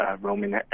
Roman